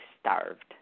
starved